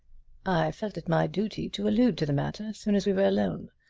i felt it my duty to allude to the matter as soon as we were alone.